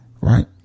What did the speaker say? Right